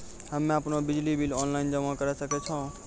हम्मे आपनौ बिजली बिल ऑनलाइन जमा करै सकै छौ?